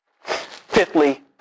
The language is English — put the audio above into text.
Fifthly